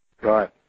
Right